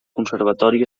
conservatori